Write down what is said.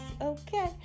Okay